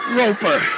roper